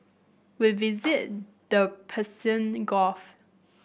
we visited the Persian Gulf